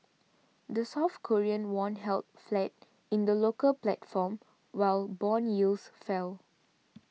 the South Korean won held flat in the local platform while bond yields fell